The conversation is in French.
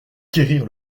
quérir